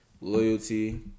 loyalty